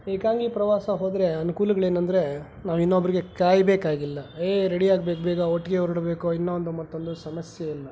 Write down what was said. ಏಕಾಂಗಿ ಪ್ರವಾಸ ಹೋದರೆ ಅನ್ಕೂಲಗಳೇನಂದ್ರೆ ನಾವಿನ್ನೊಬ್ಬರಿಗೆ ಕಾಯಬೇಕಾಗಿಲ್ಲ ಏಯ್ ರೆಡಿಯಾಗು ಬೇಗ ಬೇಗ ಒಟ್ಟಿಗೆ ಹೊರಡ್ಬೇಕು ಇನ್ನೊಂದು ಮತ್ತೊಂದು ಸಮಸ್ಯೆಯಿಲ್ಲ